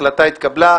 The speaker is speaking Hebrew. ההחלטה התקבלה.